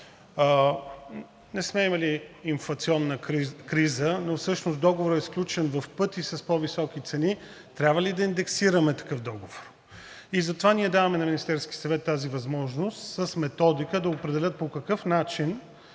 не сме имали инфлационна криза, но всъщност договорът е сключен с по-високи цени в пъти, трябва ли да индексираме такъв договор? И затова ние даваме на Министерския съвет тази възможност с методика да определят по какъв начин